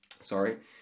Sorry